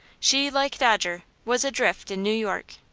she, like dodger, was adrift in new york.